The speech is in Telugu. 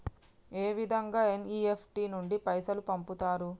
ఏ విధంగా ఎన్.ఇ.ఎఫ్.టి నుండి పైసలు పంపుతరు?